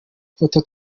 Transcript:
foto